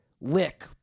lick